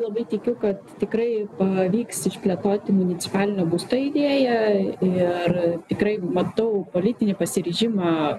labai tikiu kad tikrai pavyks išplėtoti municipalinio būsto idėją ir tikrai matau politinį pasiryžimą